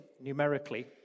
numerically